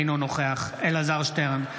אינו נוכח אלעזר שטרן,